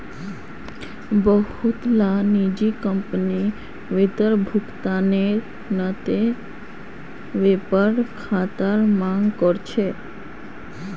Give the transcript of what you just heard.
बहुतला निजी कंपनी वेतन भुगतानेर त न वेतन खातार मांग कर छेक